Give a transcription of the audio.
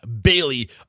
Bailey